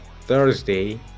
Thursday